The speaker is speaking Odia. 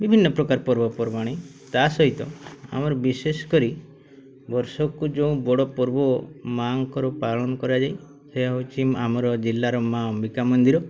ବିଭିନ୍ନ ପ୍ରକାର ପର୍ବପର୍ବାଣି ତା ସହିତ ଆମର ବିଶେଷ କରି ବର୍ଷକୁ ଯେଉଁ ବଡ଼ ପର୍ବ ମାଆଙ୍କର ପାଳନ କରାଯାଏ ସେ ହେଉଛି ଆମର ଜିଲ୍ଲାର ମାଆ ଅମ୍ବିକା ମନ୍ଦିର